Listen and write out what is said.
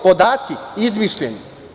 Podaci – izmišljeni.